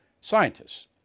scientists